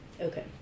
Okay